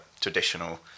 traditional